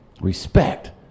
respect